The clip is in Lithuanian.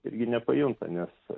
irgi nepajunta nes